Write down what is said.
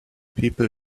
people